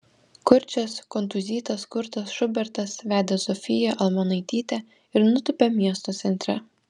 kurčias kontūzytas kurtas šubertas vedė zofiją almonaitytę ir nutūpė miesto centre